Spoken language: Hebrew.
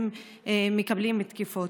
מקבלים תקיפות.